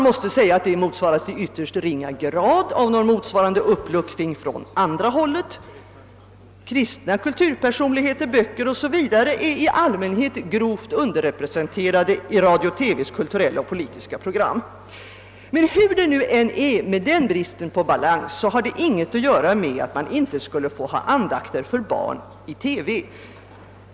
Detta motsvaras i ytterst ringa grad av någon liknande uppluckring på det andra hållet. Kristna kulturpersonligheter, böcker etc. är i allmänhet grovi underrepresenterade i radio-TV:s kulturella och politiska program. Hur det nu än är med denna brist på balans, så har det inget att göra med att man inte skulle få ha andakter för barn i TV.